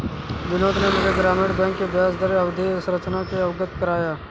बिनोद ने मुझे ग्रामीण बैंक की ब्याजदर अवधि संरचना से अवगत कराया